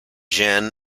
jen